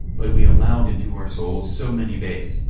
but we allowed into our souls so many base,